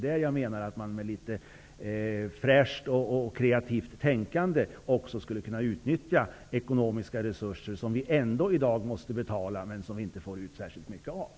Motivet skulle vara att danska särlösningar skulle försvåra våra medlemskapsförhandlingar. Finns det någon grund för uppgifter i The Economist?